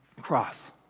cross